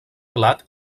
plat